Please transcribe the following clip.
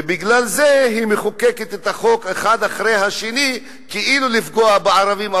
ובגלל זה היא מחוקקת חוק אחד אחרי השני כאילו לפגוע בערבים,